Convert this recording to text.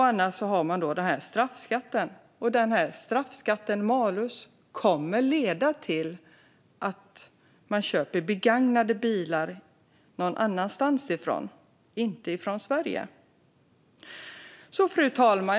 Annars kommer straffskatten, malus, att leda till att man köper begagnade bilar någon annanstans - inte från Sverige. Fru talman!